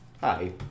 Hi